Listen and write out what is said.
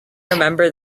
remember